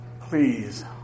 Please